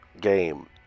game